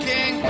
King